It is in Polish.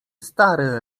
stary